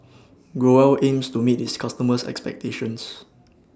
Growell aims to meet its customers' expectations